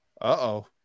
uh-oh